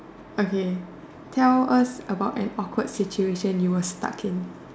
okay tell us about an awkward situation you were stuck in